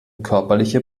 körperliche